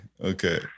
Okay